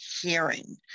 hearing